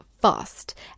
fast